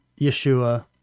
Yeshua